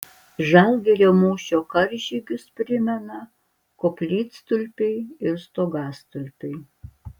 žalgirio mūšio karžygius primena koplytstulpiai ir stogastulpiai